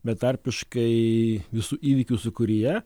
betarpiškai visų įvykių sūkuryje